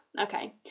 okay